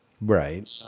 Right